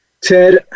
Ted